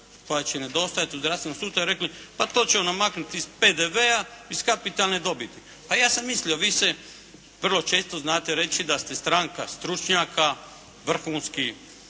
koja će nedostajati u zdravstvenom sustavu rekli pa to ćemo namaknuti iz PDV-a, iz kapitalne dobiti. Pa ja sam mislio vi se vrlo često znate reći da ste stranka stručnjaka, vrhunskih